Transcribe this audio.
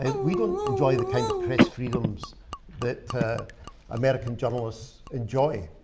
ah we don't enjoy the kind of press freedoms that american journalists enjoy.